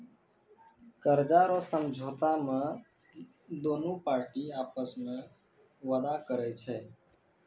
कर्जा रो समझौता मे दोनु पार्टी आपस मे वादा करै छै